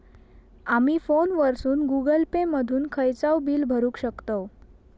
आमी फोनवरसून Google Pay मधून खयचाव बिल भरुक शकतव